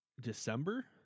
December